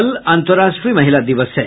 कल अंतर्राष्ट्रीय महिला दिवस है